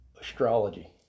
astrology